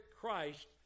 Christ